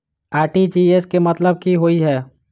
RTGS केँ मतलब की होइ हय?